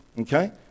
Okay